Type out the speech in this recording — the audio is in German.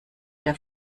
der